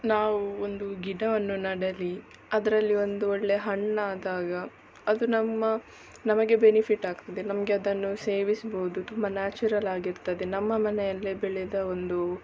ನಾವು ಒಂದು ಗಿಡವನ್ನು ನೆಡಲಿ ಅದರಲ್ಲಿ ಒಂದು ಒಳ್ಳೆ ಹಣ್ಣಾದಾಗ ಅದು ನಮ್ಮ ನಮಗೆ ಬೆನಿಫಿಟ್ ಆಗ್ತದೆ ನಮಗೆ ಅದನ್ನು ಸೇವಿಸ್ಬೋದು ತುಂಬ ನ್ಯಾಚುರಲಾಗಿರ್ತದೆ ನಮ್ಮ ಮನೆಯಲ್ಲೇ ಬೆಳೆದ ಒಂದು